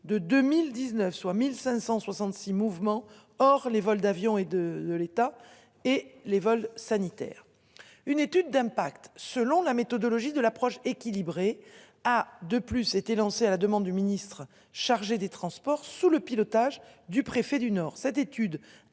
de 2019, soit 1566 mouvement or les vols d'avions et de de l'État et les vols sanitaires, une étude d'impact, selon la méthodologie de l'approche équilibrée a de plus été lancée à la demande du ministre chargé des Transports sous le pilotage du préfet du Nord